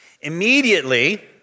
Immediately